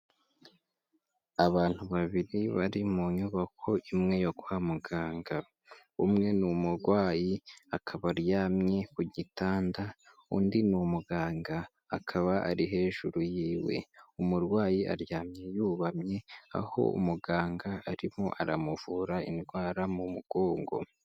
Abantu babiri bari mu nyubako imwe yo kwa muganga; umwe ni umurwayi akaba aryamye ku gitanda undi ni umuganga akaba ari hejuru yiwe, umurwayi aryamye yubamye aho umuganga arimo aramuvura indwara mu mugongo.